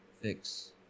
fix